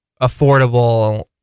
affordable